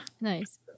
Nice